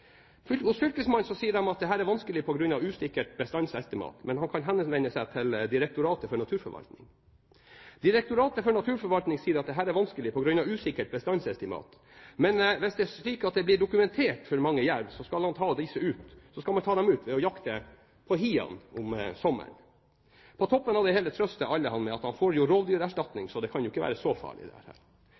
om. Hos fylkesmannen sier de at dette er vanskelig på grunn av usikkert bestandsestimat, men han kan henvende seg til Direktoratet for naturforvaltning. Direktoratet for naturforvaltning sier at dette er vanskelig på grunn av usikkert bestandsestimat. Men hvis det er slik at det blir dokumentert for mange jerv, skal man ta dem ut ved å jakte på hiene om sommeren. På toppen av det hele trøster alle ham med at han jo får rovdyrerstatning, så dette kan jo ikke være så farlig. Frode gjorde meg på det